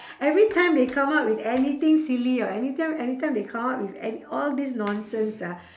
every time they come up with anything silly or anytime anytime they come up with an~ all this nonsense ah